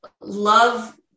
love